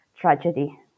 tragedy